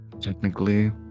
Technically